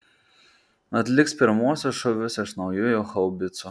atliks pirmuosius šūvius iš naujųjų haubicų